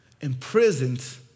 imprisoned